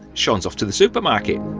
shaun's off to the supermarket.